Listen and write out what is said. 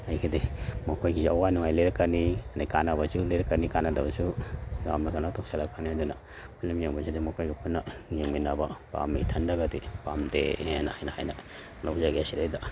ꯑꯩꯒꯤꯗꯤ ꯃꯈꯣꯏꯒꯤ ꯑꯋꯥ ꯅꯨꯡꯉꯥꯏ ꯂꯤꯔꯛꯀꯅꯤ ꯑꯗꯒꯤ ꯀꯥꯟꯅꯕꯁꯨ ꯂꯤꯔꯛꯀꯅꯤ ꯀꯥꯟꯅꯗꯕꯁꯨ ꯌꯥꯝꯅ ꯀꯩꯅꯣ ꯇꯧꯁꯤꯜꯂꯛꯀꯅꯤ ꯑꯗꯨꯅ ꯐꯤꯂꯝ ꯌꯦꯡꯕꯁꯤꯗꯤ ꯃꯈꯣꯏꯒ ꯄꯨꯟꯅ ꯌꯦꯡꯃꯤꯟꯅꯕ ꯄꯥꯝꯃꯤ ꯏꯊꯟꯗꯒꯗꯤ ꯄꯥꯝꯗꯦꯅ ꯑꯩꯅ ꯍꯥꯏꯅ ꯂꯧꯖꯒꯦ ꯁꯤꯗꯩꯗ